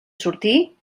sortir